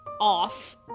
off